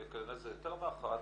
וכנראה זה יותר מאחת,